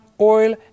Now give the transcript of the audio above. oil